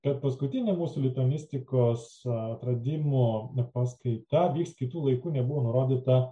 kad paskutinė mūsų lituanistikos atradimo paskaita vyks kitu laiku negu buvo nurodyta